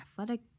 athletic